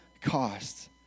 costs